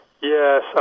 Yes